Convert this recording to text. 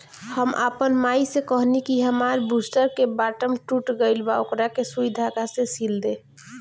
हम आपन माई से कहनी कि हामार बूस्टर के बटाम टूट गइल बा ओकरा के सुई धागा से सिल दे